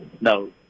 No